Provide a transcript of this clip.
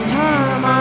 time